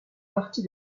partie